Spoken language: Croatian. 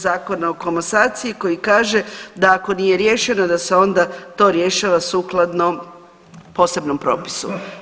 Zakona o komasaciji koji kaže da ako nije riješeno da se onda to rješava sukladno posebnom propisu.